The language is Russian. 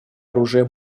оружия